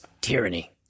tyranny